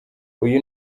uyu